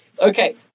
Okay